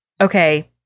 okay